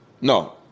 no